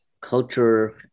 culture